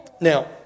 Now